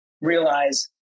realize